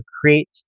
create